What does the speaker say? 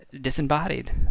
disembodied